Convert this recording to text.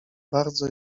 bardzo